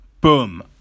boom